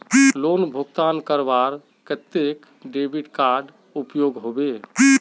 Loan भुगतान करवार केते डेबिट कार्ड उपयोग होबे?